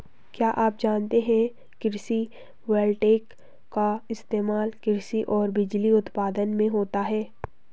क्या आप जानते है कृषि वोल्टेइक का इस्तेमाल कृषि और बिजली उत्पादन में होता है?